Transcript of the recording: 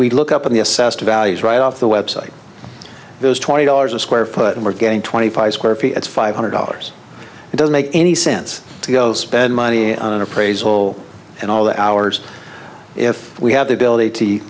we look up on the assessed value right off the website those twenty dollars a square foot and we're getting twenty five square feet it's five hundred dollars it doesn't make any sense to go spend money on an appraisal and all the hours if we have the ability